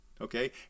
okay